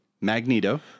Magneto